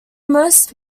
most